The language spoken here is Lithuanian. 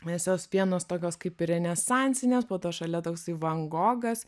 nes jos vienos tokios kaip ir renesansinės po to šalia toksai van gogas